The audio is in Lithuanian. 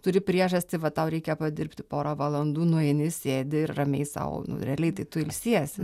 turi priežastį va tau reikia padirbti porą valandų nueini sėdi ir ramiai sau realiai tai tu ilsiesi